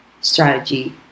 strategy